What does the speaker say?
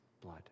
blood